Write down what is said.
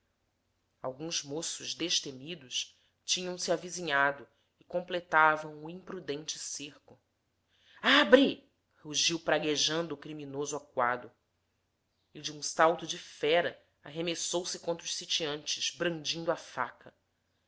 alguns moços destemidos tinham-se avizinhado e completavam o imprudente cerco abre rugiu praguejando o criminoso acuado e de um salto de fera arremessou-se contra os sitiantes brandindo a faca